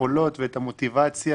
היכולות ואת המוטיבציה.